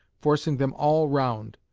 forcing them all round,